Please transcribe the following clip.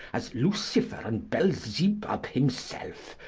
as lucifer and belzebub himselfe,